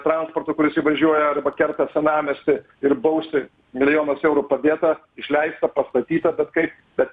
transportą kuris įvažiuoja arba kerta senamiestį ir bausti milijonas eurų padėta išleista pastatyta betkaip bet